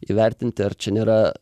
įvertinti ar čia nėra